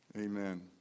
Amen